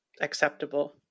acceptable